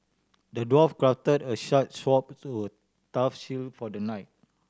the dwarf crafted a sharp sword would tough shield for the knight